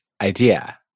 idea